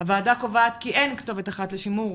הוועדה קובעת כי אין כתובת אחת לשמור